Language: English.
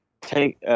take